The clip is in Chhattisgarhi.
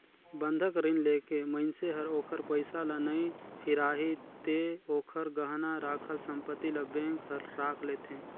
बंधक रीन लेके मइनसे हर ओखर पइसा ल नइ फिराही ते ओखर गहना राखल संपति ल बेंक हर राख लेथें